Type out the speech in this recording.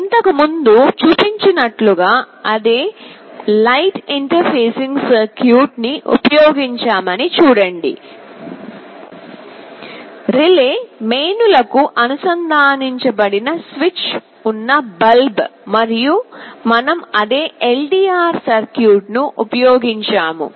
ఇంతకుముందు చూపించినట్లుగా అదే లైట్ ఇంటర్ఫేసింగ్ సర్క్యూట్ ని ఉపయోగించామని చూడండి రిలే మెయిన్లకు అనుసంధానించబడిన స్విచ్ ఉన్న బల్బ్ మరియు మనం అదే LDR సర్క్యూట్ను ఉపయోగించాము